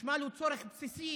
חשמל הוא צורך בסיסי.